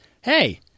Hey